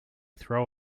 throw